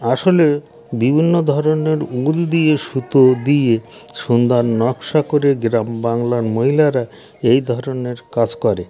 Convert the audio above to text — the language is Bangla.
আসলে বিভিন্ন ধরনের উল দিয়ে সুতো দিয়ে সুন্দর নকশা করে গ্রামবাংলার মহিলারা এই ধরনের কাজ করে